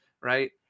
right